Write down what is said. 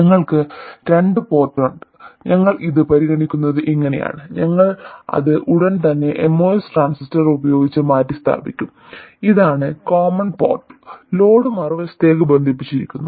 ഞങ്ങൾക്ക് രണ്ട് പോർട്ട് ഉണ്ട് ഞങ്ങൾ ഇത് പരിഗണിക്കുന്നത് ഇങ്ങനെയാണ് ഞങ്ങൾ അത് ഉടൻ തന്നെ MOS ട്രാൻസിസ്റ്റർ ഉപയോഗിച്ച് മാറ്റിസ്ഥാപിക്കും ഇതാണ് കോമൺ പോർട്ട് ലോഡ് മറുവശത്തേക്ക് ബന്ധിപ്പിച്ചിരിക്കുന്നു